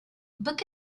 book